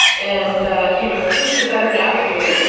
and ah you know who's the better navigator?